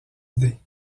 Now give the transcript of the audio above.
idées